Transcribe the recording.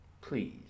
Please